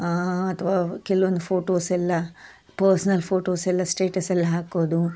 ಅಥವಾ ಕೆಲವೊಂದು ಫೋಟೋಸ್ ಎಲ್ಲ ಪರ್ಸ್ನಲ್ ಫೋಟೋಸ್ ಎಲ್ಲ ಸ್ಟೇಟಸಲ್ಲಿ ಹಾಕೋದು